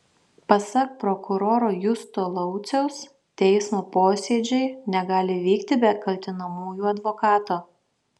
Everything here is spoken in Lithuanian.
pasak prokuroro justo lauciaus teismo posėdžiai negali vykti be kaltinamųjų advokato